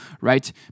right